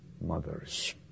mothers